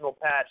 patch